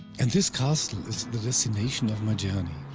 and this castle the destination of my journey,